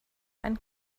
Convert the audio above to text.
ein